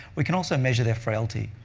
we can also measure their frailty,